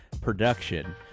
production